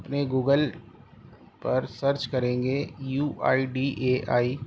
اپنے گوگل پر سرچ کریں گے U I D A I